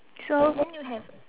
so